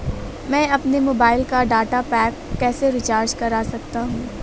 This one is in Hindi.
मैं अपने मोबाइल का डाटा पैक कैसे रीचार्ज कर सकता हूँ?